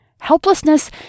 Helplessness